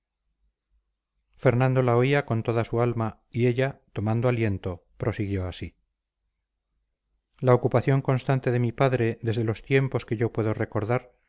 fernando la oía con toda su alma y ella tomado aliento prosiguió así la ocupación constante de mi padre desde los tiempos que yo puedo recordar